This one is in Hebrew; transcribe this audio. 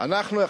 8805 ו-8806.